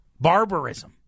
barbarism